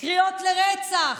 קריאות לרצח,